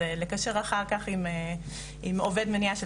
אז אפשר לקשר אחר כך עם עובד מניעה של